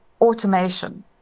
automation